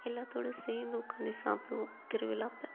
எல்லார்த்தோட சேர்ந்து உக்கார்ந்து சாப்பிடுவோம் திருவிழா அப்போ